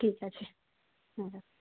ঠিক আছে হ্যাঁ হ্যাঁ